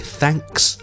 thanks